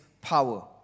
power